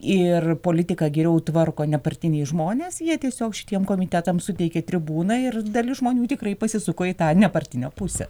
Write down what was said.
ir politiką geriau tvarko nepartiniai žmonės jie tiesiog šitiems komitetams suteikė tribūną ir dalis žmonių tikrai pasisuko į tą nepartinę pusę